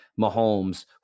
Mahomes